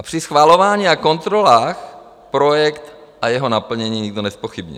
Při schvalování a kontrolách projekt a jeho naplnění nikdo nezpochybnil.